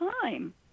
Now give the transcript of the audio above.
time